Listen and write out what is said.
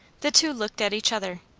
the two looked at each other.